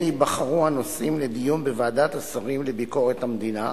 ייבחרו הנושאים לדיון בוועדת השרים לביקורת המדינה,